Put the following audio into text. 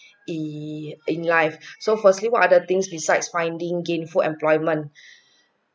!ee! in life so firstly what are the things besides finding gain for employment